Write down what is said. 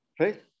right